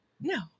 No